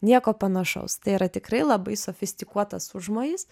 nieko panašaus tai yra tikrai labai sofistikuotas užmojis